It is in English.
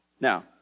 Now